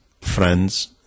friends